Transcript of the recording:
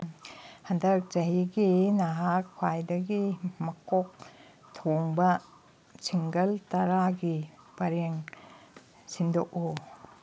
ꯍꯟꯗꯛ ꯆꯍꯤꯒꯤ ꯅꯍꯥꯛꯅ ꯈ꯭ꯋꯥꯏꯗꯒꯤ ꯃꯀꯣꯛ ꯊꯣꯡꯕ ꯁꯤꯡꯒꯜ ꯇꯔꯥꯒꯤ ꯄꯔꯦꯡ ꯁꯤꯟꯗꯣꯛꯎ